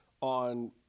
on